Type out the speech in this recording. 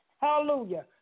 Hallelujah